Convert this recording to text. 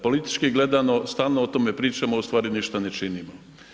Politički gledano stalno o tome pričamo, a u stvari ništa ne činimo.